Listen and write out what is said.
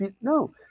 no